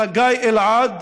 חגי אלעד,